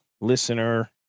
Listener